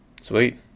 Sweet